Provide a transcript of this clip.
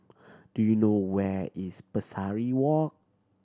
do you know where is Pesari Walk